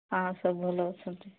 ହଁ ସବୁ ଭଲ ଅଛନ୍ତି